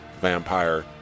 vampire